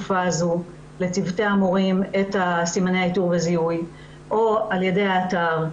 האיתור והזיהוי לצוותי המורים - או על ידי האתר,